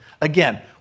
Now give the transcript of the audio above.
again